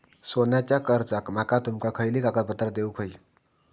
सोन्याच्या कर्जाक माका तुमका खयली कागदपत्रा देऊक व्हयी?